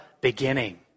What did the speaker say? beginning